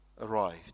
arrived